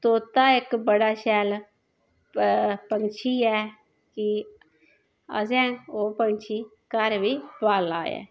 तोता इक बडा शैल पंछी ऐ कि आसे ओह् पंछी घर बी पाले दा